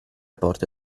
porte